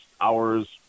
hours